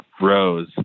rose